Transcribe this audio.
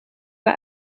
bij